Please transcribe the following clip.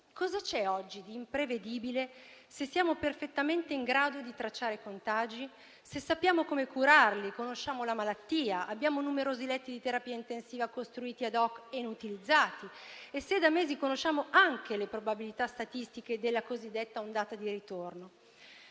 Cosa c'è oggi di imprevedibile se siamo perfettamente in grado di tracciare contagi e curarli, conosciamo la malattia, abbiamo numerosi letti di terapia intensiva costruiti *ad hoc* e inutilizzati e da mesi conosciamo anche le probabilità statistiche della cosiddetta ondata di ritorno?